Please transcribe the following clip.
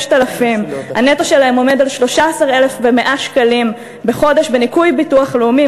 6,000. הנטו שלהם עומד על 13,100 שקלים בחודש בניכוי ביטוח לאומי,